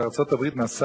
האסקימוסים בארצות הקרח.